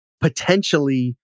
potentially